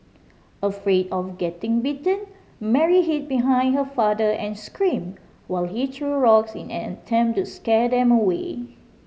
afraid of getting bitten Mary hid behind her father and screamed while he threw rocks in an attempt to scare them away